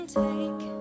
take